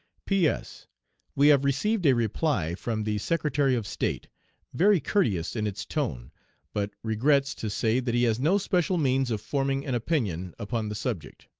p. s we have received a reply from the secretary of state very courteous in its tone but regrets to say that he has no special means of forming an opinion upon the subject.